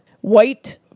white